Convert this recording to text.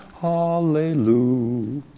hallelujah